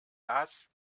das